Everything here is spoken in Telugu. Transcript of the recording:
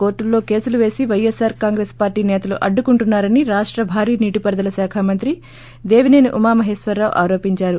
కోర్టుల్లో కేసులు పేసి పైఎస్పార్ కాంగ్రెస్ పార్టీ నేతలు అడ్డుకుంటున్నా రని రాష్ట భారీ నీటిపారుదల శాఖ మంత్రి దేవిసేని ఉమామహేశ్వరరావు ఆరోపించారు